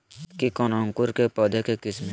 केतकी कौन अंकुर के पौधे का किस्म है?